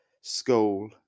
school